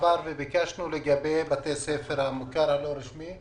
וביקשנו לגבי בתי הספר של המוכר הלא רשמי.